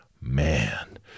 Man